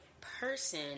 person